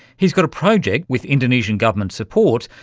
he's got a project, with indonesian government support,